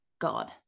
God